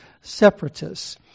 separatists